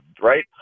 right